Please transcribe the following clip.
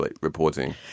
reporting